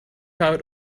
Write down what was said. out